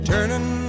Turning